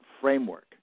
framework